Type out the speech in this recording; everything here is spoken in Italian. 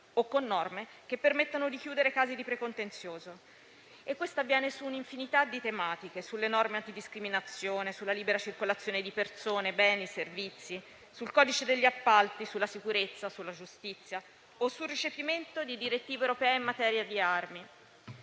o con norme che permettono di chiudere casi di precontenzioso. Ciò avviene su un'infinità di tematiche, sulle norme antidiscriminazione, sulla libera circolazione di persone, beni e servizi, sul codice degli appalti, sulla sicurezza, sulla giustizia o sul recepimento di direttive europee in materia di armi.